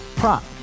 prop